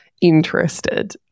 interested